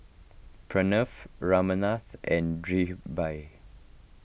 Pranav Ramnath and Dhirubhai